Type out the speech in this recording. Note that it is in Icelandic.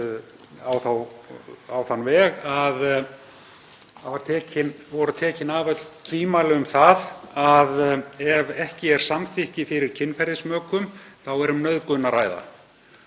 á þann veg að tekin voru af öll tvímæli um það að ef ekki er samþykki fyrir kynferðismökum þá sé um nauðgun að ræða.